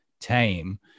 tame